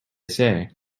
say